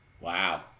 Wow